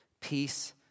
peace